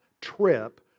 trip